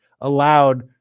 allowed